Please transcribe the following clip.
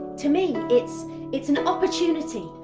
to me it's it's an opportunity,